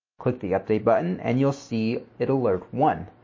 click the update button and you'll see it alert one.